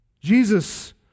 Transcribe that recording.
Jesus